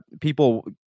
people